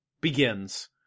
begins